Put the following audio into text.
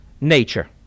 nature